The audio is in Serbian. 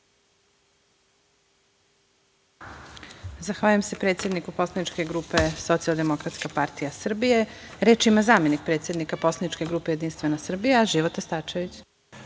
Zahvaljujem se predsedniku poslaničke grupe Socijaldemokratska partija Srbije. Reč ima zamenik predsednika poslaničke grupe Jedinstvena Srbija, Života Starčević.